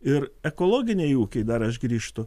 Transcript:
ir ekologiniai ūkiai dar aš grįžtu